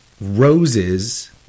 roses